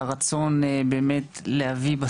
עם הרטוריקה שיש לך וגם בכמה